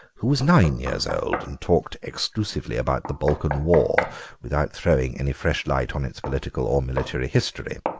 who was nine years old, and talked exclusively about the balkan war without throwing any fresh light on its political or military history.